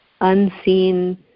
unseen